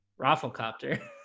Rafflecopter